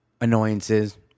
annoyances